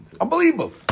Unbelievable